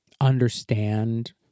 understand